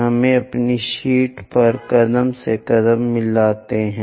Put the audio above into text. हमें अपनी शीट पर कदम से कदम मिलाते हैं